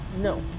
No